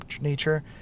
nature